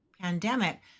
pandemic